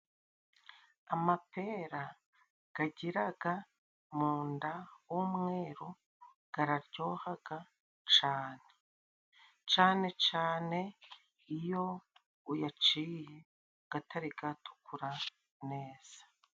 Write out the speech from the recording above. Amapera gagiraga mu nda w' umweru kararyohahaga cane. Cane cane iyo ugaciye gatari gatukura neza.